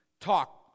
talk